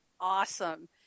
Awesome